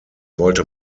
wollte